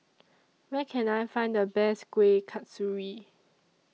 Where Can I Find The Best Kuih Kasturi